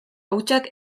hutsak